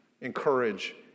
encourage